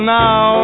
now